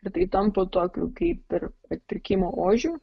ir tai tampa tokiu kaip ir atpirkimo ožiu